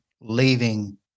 leaving